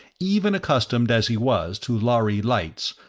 even accustomed, as he was, to lhari lights,